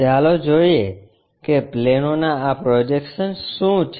ચાલો જોઈએ કે પ્લેનોના આ પ્રોજેક્શન્સ શું છે